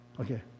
Okay